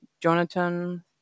Jonathan